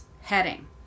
heading